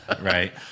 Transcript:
Right